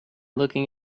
looking